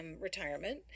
retirement